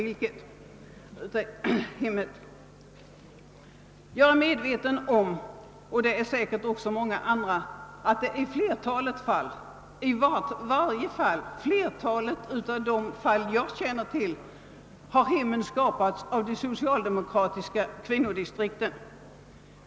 Jag är medveten om, och det är säkert också många andra, att hemmen i flertalet fall — åtminstone de hem jag känner till — skapats av de socialdemokratiska kvinnodistrikten.